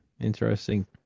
interesting